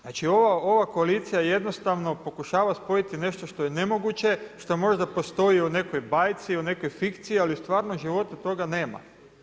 Znači ova koalicija jednostavno pokušava spojiti nešto što je nemoguće, što možda postoji u nekoj bajci u nekoj fikciji, ali u stvarnom životu toga nema.